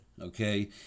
Okay